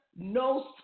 No